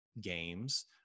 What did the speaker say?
games